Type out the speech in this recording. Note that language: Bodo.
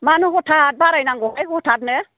मानो हथादो बारायनांगौ हथादनो